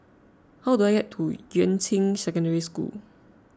how do I get to Yuan Ching Secondary School